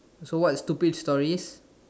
so what stupid stories